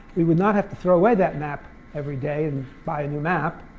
we would not have to throw away that map every day and buy a new map.